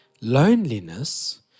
loneliness